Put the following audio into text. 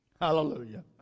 Hallelujah